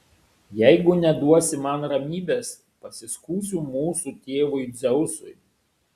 jeigu neduosi man ramybės pasiskųsiu mūsų tėvui dzeusui